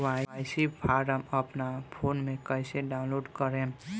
KYC form अपना phone मे कइसे डाऊनलोड करेम?